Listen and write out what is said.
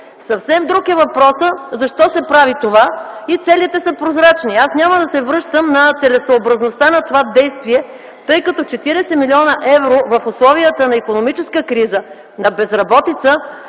Съвсем друг е въпросът защо се прави това, и целите са прозрачни. Няма да се връщам на целесъобразността на това действие. В условията на икономическа криза, на безработица,